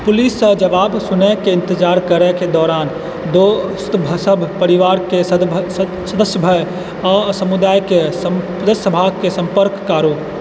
पुलिससँ जवाब सुनैके इन्तजार करैके दौरान दोस्तसभ परिवारके सदस्यसभ आओर समुदायके सदस्यसभसँ सम्पर्क करू